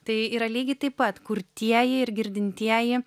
tai yra lygiai taip pat kurtieji ir girdintieji